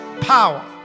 power